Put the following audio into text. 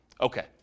Okay